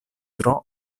tro